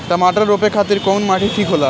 टमाटर रोपे खातीर कउन माटी ठीक होला?